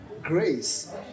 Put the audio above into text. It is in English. grace